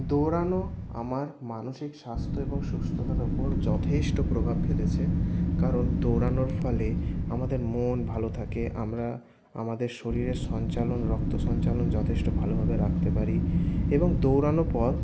দৌড়ানো আমার মানসিক স্বাস্থ্য এবং সুস্থতার ওপর যথেষ্ট প্রভাব ফেলেছে কারণ দৌড়ানোর ফলে আমাদের মন ভালো থাকে আমরা আমদের শরীরের সঞ্চালন রক্ত সঞ্চালন যথেষ্ট ভালোভাবে রাখতে পারি এবং দৌড়ানোর পর